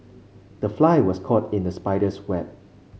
the fly was caught in the spider's web